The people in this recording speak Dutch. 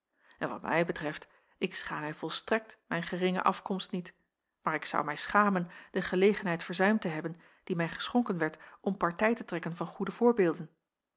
en wat mij betreft ik schaam mij volstrekt mijn geringe afkomst niet maar ik zou mij schamen de gelegenheid verzuimd te hebben die mij geschonken werd om partij te trekken van goede voorbeelden